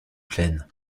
plaine